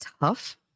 tough